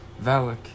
Valak